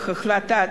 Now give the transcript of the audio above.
בהחלטה